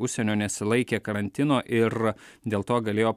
užsienio nesilaikė karantino ir dėl to galėjo